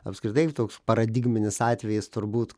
apskritai toks paradigminis atvejis turbūt